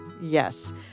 Yes